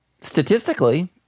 statistically